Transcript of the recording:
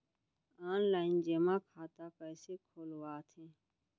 Online जेमा खाता कइसे खोलवाथे?